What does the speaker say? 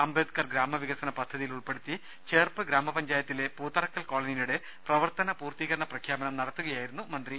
അംബേദ്കർ ഗ്രാമ വികസന പദ്ധതിയിൽ ഉൾപ്പെടുത്തി ചേർപ്പ് ഗ്രാമ പഞ്ചായത്തിലെ പുത്തറക്കൽ കോളനിയുടെ പ്രവർത്തന പൂർത്തീകരണ പ്രഖ്യാപനം നടത്തുകയായിരുന്നു മന്ത്രി